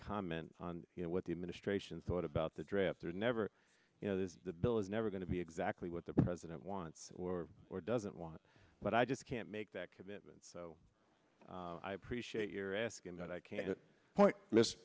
comment on you know what the administration thought about the draft there never you know that the bill is never going to be exactly what the president wants or or doesn't want but i just can't make that commitment so i appreciate your asking but i can point